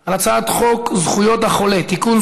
על הצעת חוק זכויות החולה (תיקון,